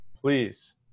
please